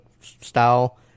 style